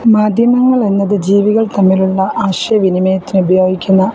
മാധ്യമങ്ങൾ എന്നത് ജീവികൾ തമ്മിലുള്ള ആശയ വിനിമയത്തിന് ഉപയോഗിക്കുന്ന